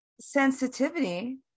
sensitivity